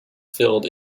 filled